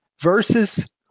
versus